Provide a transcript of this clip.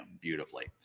beautifully